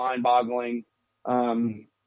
mind-boggling